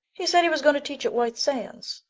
he said he was going to teach at white sands.